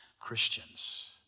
Christians